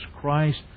Christ